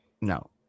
No